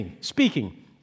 speaking